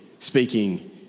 speaking